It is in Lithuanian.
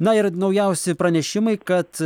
na ir naujausi pranešimai kad